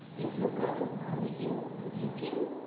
if your brother wrongs you, rebuke him,